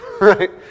right